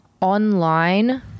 online